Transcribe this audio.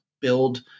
build